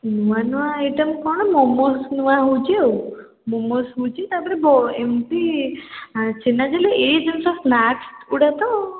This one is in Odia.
ନୂଆ ନୂଆ ଆଇଟମ୍ କ'ଣ ମୋମୋଜ୍ ନୂଆ ହେଉଛି ଆଉ ମୋମୋଜ୍ ହେଉଛି ତା'ପରେ ବ ଏମିତି ଛେନାଝିଲ୍ଲୀ ଇଏ ଜିନିଷ ସ୍ନାକସ୍ ଗୁଡ଼ା ତ ଆଉ